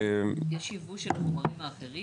יש יבוא של חומרים אחרים?